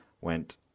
went